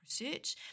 research